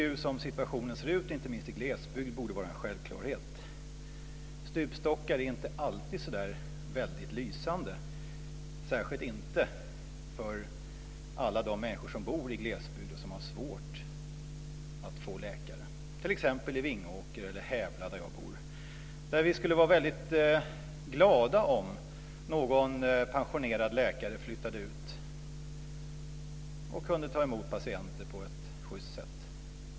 Som situationen ser ut, inte minst i glesbygd, borde detta vara en självklarhet. Stupstockar är inte alltid så väldigt lysande, särskilt inte för alla de människor som bor i glesbygd och som har svårt att få läkare. Det gäller t.ex. i Vingåker - i Hävla, där jag bor. Där skulle vi vara glada om någon pensionerad läkare flyttade ut till oss och kunde ta emot patienter på ett schyst sätt.